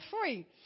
free